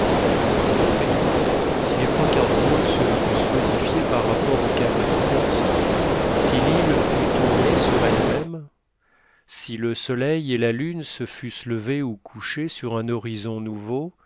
en effet si les points cardinaux se fussent modifiés par rapport au cap bathurst si l'île eût tourné sur elle-même si le soleil et la lune se fussent levés ou couchés sur un horizon nouveau